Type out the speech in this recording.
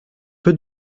peu